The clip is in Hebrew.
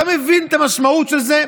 אתה מבין את המשמעות של זה?